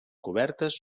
cobertes